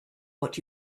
what